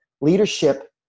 Leadership